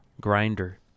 Grinder